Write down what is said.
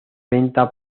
venta